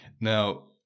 Now